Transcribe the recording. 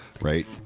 Right